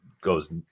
goes